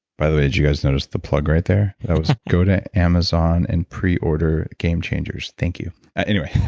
by the way, did you guys notice the plug right there? go to amazon and pre order game changers, thank you anyway, it